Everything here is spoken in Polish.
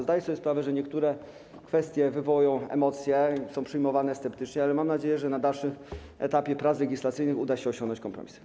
Zdaję sobie sprawę, że niektóre kwestie wywołują emocje i są przyjmowane sceptycznie, ale mam nadzieję, że na dalszym etapie prac legislacyjnych uda się osiągnąć kompromis.